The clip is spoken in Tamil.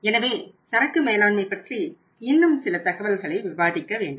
எனவே சரக்கு மேலாண்மை பற்றி இன்னும் சில தகவல்களை விவாதிக்க வேண்டும்